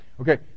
Okay